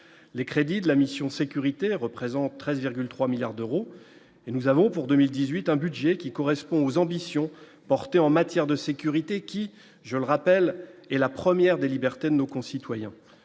les crédits de la mission sécurité représente 13,3 milliards d'euros, et nous avons pour 2018, un budget qui correspond aux ambitions portées en matière de sécurité qui je le rappelle, est la première des libertés de nos concitoyens,